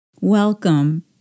Welcome